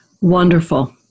Wonderful